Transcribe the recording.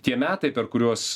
tie metai per kuriuos